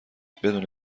بدون